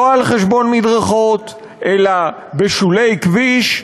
לא על חשבון מדרכות אלא בשולי הכביש,